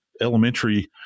elementary